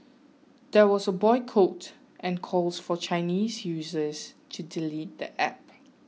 there was a boycott and calls for Chinese users to delete the app